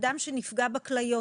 אדם שנפגע בכליות,